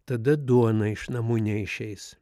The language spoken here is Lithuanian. tada duona iš namų neišeis